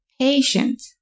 patient